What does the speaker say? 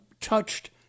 touched